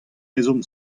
ezhomm